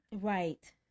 Right